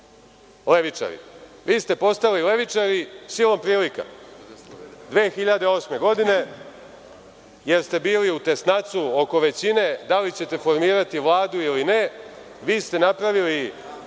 levičari? Vi ste postali levičari silom prilika, 2008. godine, jer ste bili u tesnacu oko većine da li ćete formirati vladu ili ne. Vi ste napravili,